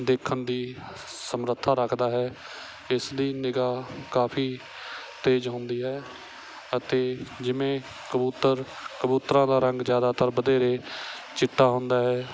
ਦੇਖਣ ਦੀ ਸਮਰੱਥਾ ਰੱਖਦਾ ਹੈ ਇਸ ਦੀ ਨਿਗਾਹ ਕਾਫੀ ਤੇਜ਼ ਹੁੰਦੀ ਹੈ ਅਤੇ ਜਿਵੇਂ ਕਬੂਤਰ ਕਬੂਤਰਾਂ ਦਾ ਰੰਗ ਜ਼ਿਆਦਾਤਰ ਵਧੇਰੇ ਚਿੱਟਾ ਹੁੰਦਾ ਹੈ